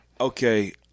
Okay